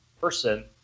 person